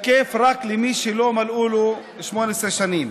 תקף רק למי שלא מלאו לו 18 שנים.